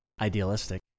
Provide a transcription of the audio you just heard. idealistic